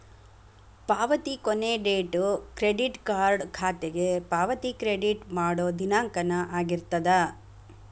ಪಾವತಿ ಕೊನಿ date credit card ಖಾತೆಗೆ ಪಾವತಿ ಕ್ರೆಡಿಟ್ ಮಾಡೋ ದಿನಾಂಕನ ಆಗಿರ್ತದ